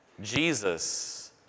Jesus